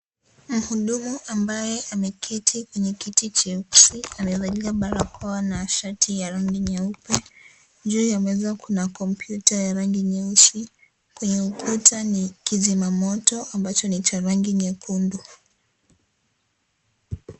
Mhudumu ambaye ameketi kwa kiti cheusi, amevalia barakoa na shati ya rangi nyeupe juu ya meza kuna kompyuta ya rangi nyeusi kwenye ukuta ni kizima moto ambacho ni cha rangi nyekundu.